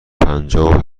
پنجاه